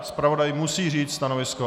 Zpravodaj musí říct stanovisko.